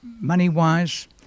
money-wise